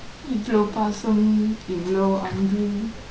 இவலொ பாசம் இவலொ அன்பு:ivalo paasum ivalo anbu